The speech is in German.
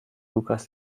lukas